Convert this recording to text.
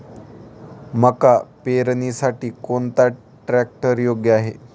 मका पेरणीसाठी कोणता ट्रॅक्टर योग्य आहे?